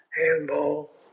handball